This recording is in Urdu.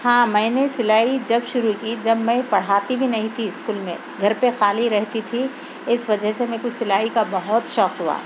ہاں میں نے سِلائی جب شروع کی جب میں پڑھاتی بھی نہیں تھی اسکول میں گھر پہ خالی رہتی تھی اِس وجہ سے میرے کو سِلائی کا بہت شوق ہُوا